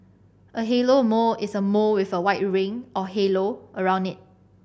a halo mole is a mole with a white ring or halo around it